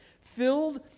filled